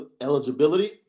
eligibility